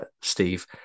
Steve